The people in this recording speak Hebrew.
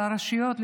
לרשויות,